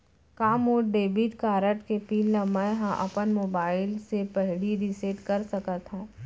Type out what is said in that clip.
का मोर debit card के पिन ल मैं ह अपन मोबाइल से पड़ही रिसेट कर सकत हो?